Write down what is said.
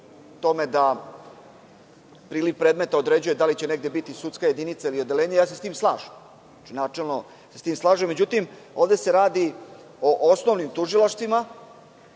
tome da priliv predmeta određuje da li će negde biti sudske jedinice ili odeljenje. Sa tim se slažem, načelno se sa tim slažem.Međutim, ovde se radi o osnovnim tužilaštvima